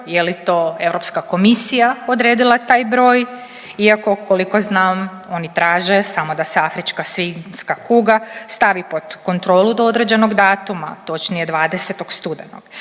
je li to Europska komisija odredila taj broj iako koliko znam oni traže samo da se afrička svinjska kuga stavi pod kontrolu do određenog datuma točnije 20. studenog.